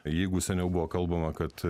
jeigu seniau buvo kalbama kad